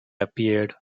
appeared